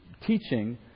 teaching